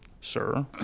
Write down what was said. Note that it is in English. sir